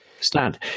stand